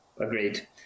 agreed